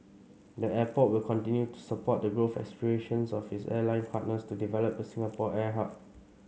the airport will continue to support the growth aspirations of its airline partners to develop the Singapore air hub